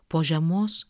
po žiemos